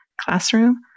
classroom